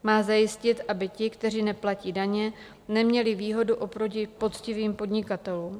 Má zajistit, aby ti, kteří neplatí daně, neměli výhodu oproti poctivým podnikatelům.